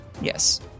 Yes